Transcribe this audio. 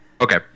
Okay